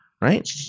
Right